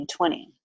2020